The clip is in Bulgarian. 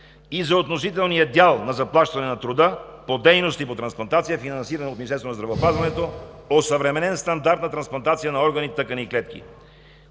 г. за относителния дял на заплащане на труда по дейности по трансплантация, финансирани от Министерството на здравеопазването, осъвременен стандарт за трансплантация на органи, тъкани и клетки;